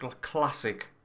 classic